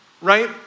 right